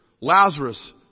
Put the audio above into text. Lazarus